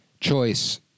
choice